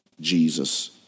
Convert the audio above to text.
Jesus